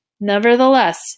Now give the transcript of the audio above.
Nevertheless